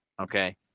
Okay